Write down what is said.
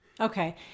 Okay